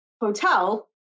hotel